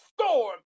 storm